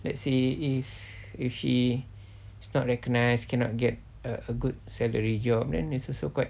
let's say if if she's not recognise cannot get a good salary job then it's also quite